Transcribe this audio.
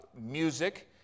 music